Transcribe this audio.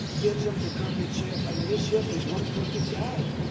gives them to crooked schiff. i mean, this schiff is one crooked guy.